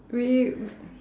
really